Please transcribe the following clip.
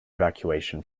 evacuation